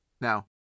Now